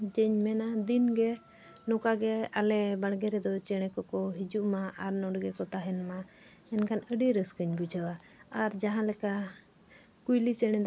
ᱡᱮ ᱢᱮᱱᱟ ᱫᱤᱱ ᱜᱮ ᱱᱚᱠᱟ ᱜᱮ ᱟᱞᱮ ᱵᱟᱲᱜᱮ ᱨᱮᱫᱚ ᱪᱮᱬᱮ ᱠᱚᱠᱚ ᱦᱤᱡᱩᱜ ᱢᱟ ᱟᱨ ᱱᱚᱰᱮ ᱜᱮᱠᱚ ᱛᱟᱦᱮᱱ ᱢᱟ ᱮᱱᱠᱷᱟᱱ ᱟᱹᱰᱤ ᱨᱟᱹᱥᱠᱟᱹᱧ ᱵᱩᱡᱷᱟᱹᱣᱟ ᱟᱨ ᱡᱟᱦᱟᱸ ᱞᱮᱠᱟ ᱠᱩᱭᱞᱤ ᱪᱮᱬᱮ ᱫᱚ